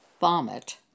vomit